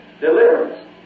deliverance